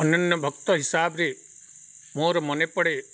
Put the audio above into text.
ଅନ୍ୟାନ୍ୟ ଭକ୍ତ ହିସାବରେ ମୋର ମନେ ପଡ଼େ